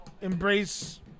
embrace